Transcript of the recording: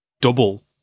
double